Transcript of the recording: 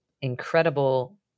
incredible